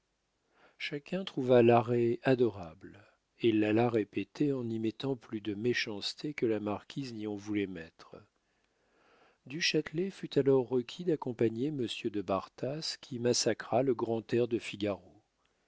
chacun trouva l'arrêt adorable et l'alla répéter en y mettant plus de méchanceté que la marquise n'y en voulait mettre du châtelet fut alors requis d'accompagner monsieur de bartas qui massacra le grand air de figaro